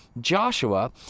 Joshua